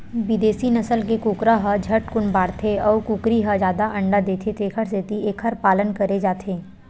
बिदेसी नसल के कुकरा ह झटकुन बाड़थे अउ कुकरी ह जादा अंडा देथे तेखर सेती एखर पालन करे जाथे